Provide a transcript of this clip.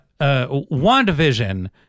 WandaVision